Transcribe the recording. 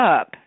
up